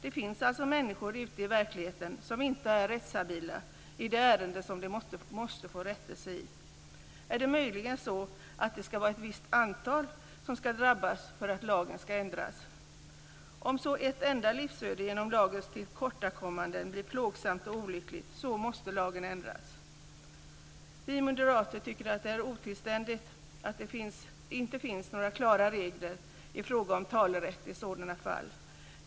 Det finns alltså människor ute i verkligheten som inte är rättshabila i det ärende som de måste få rättelse i. Är det möjligen så att det ska vara ett viss antal som ska drabbas för att lagen ska ändras? Om så ett enda livsöde genom lagens tillkortakommanden blir plågsamt och olyckligt måste lagen ändras. Vi moderater tycker att det är otillständigt att det inte finns några klara regler i fråga om talerätt i sådana fall.